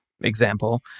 example